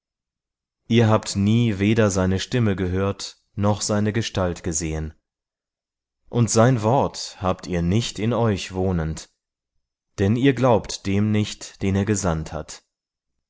ihr habt nie weder seine stimme gehört noch seine gestalt gesehen und sein wort habt ihr nicht in euch wohnend denn ihr glaubt dem nicht den er gesandt hat